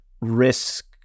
risk